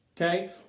Okay